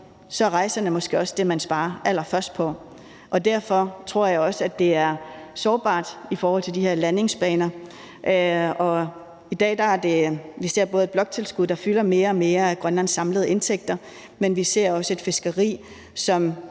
er rejserne måske også det, man sparer allerførst på, og derfor tror jeg også, det er sårbart i forhold til de her landingsbaner. Og i dag ser vi både et bloktilskud, der fylder mere og mere af Grønlands samlede indtægter, men vi ser også et fiskeri, som